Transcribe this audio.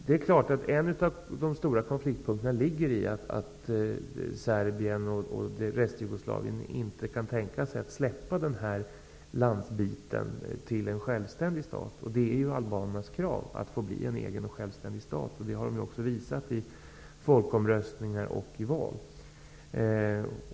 Det är klart att en av de stora konfliktfrågorna är att Serbien och Restjugoslavien inte kan tänka sig att låta den här landbiten bli en självständig stat. Det är ju albanernas krav, att få bli en egen och självständig stat, vilket de också har visat i folkomröstningar och val.